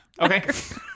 Okay